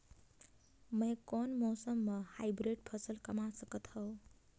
मै कोन मौसम म हाईब्रिड फसल कमा सकथव?